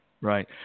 Right